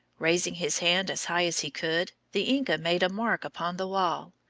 raising his hand as high as he could, the inca made a mark upon the wall,